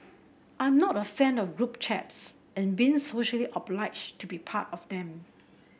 I'm not a fan of group chats and being socially obliged to be part of them